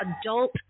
adult